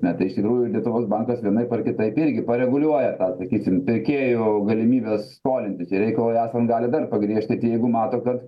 na tai is tikrųjų lietuvos bankas vienaip ar kitaip irgi pareguliuoja tą sakysim pirkėjų galimybes skolintis ir reikalui esant gali dar pagriežtyti jeigu mato kad